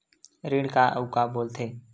ऋण का अउ का बोल थे?